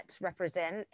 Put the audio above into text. represent